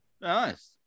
nice